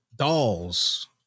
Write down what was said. dolls